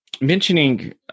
Mentioning